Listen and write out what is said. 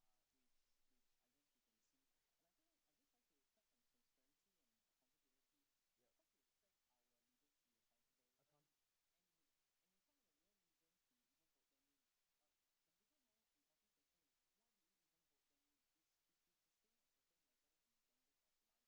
upon